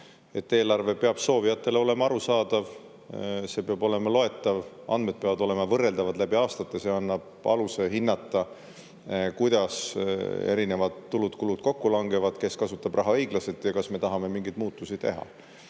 eelarve peab soovijatele olema arusaadav, see peab olema loetav, andmed peavad olema võrreldavad läbi aastate. See annab aluse hinnata, kuidas erinevad tulud-kulud kokku langevad, kes kasutab raha õiglaselt ja kas me tahame mingeid muutusi teha.